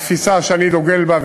התפיסה שאני דוגל בה,